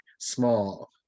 small